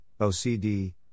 OCD